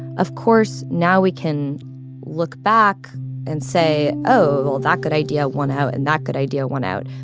of course, now we can look back and say, oh, well, that good idea won out and that good idea won out.